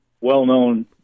well-known